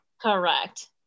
Correct